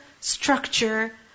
structure